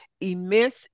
immense